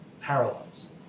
parallels